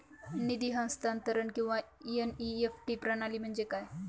निधी हस्तांतरण किंवा एन.ई.एफ.टी प्रणाली म्हणजे काय?